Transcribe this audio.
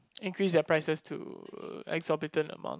increase their prices to exorbitant among